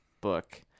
book